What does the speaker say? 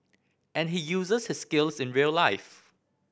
and he uses his skills in real life